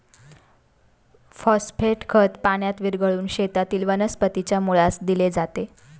phosphate खत पाण्यात विरघळवून शेतातील वनस्पतीच्या मुळास दिले जाते